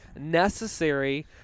necessary